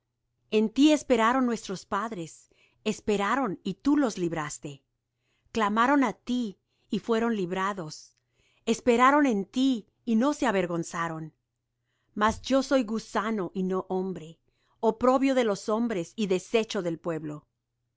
en ti esperaron nuestros padres esperaron y tú los libraste clamaron á ti y fueron librados esperaron en ti y no se avergonzaron mas yo soy gusano y no hombre oprobio de los hombres y desecho del pueblo